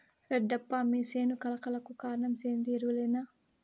రెడ్డప్ప మీ సేను కళ కళకు కారణం సేంద్రీయ ఎరువులేనా